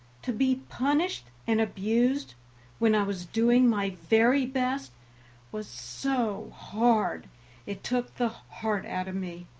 to be punished and abused when i was doing my very best was so hard it took the heart out of me.